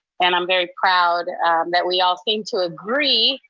and i'm very proud that we all seem to agree,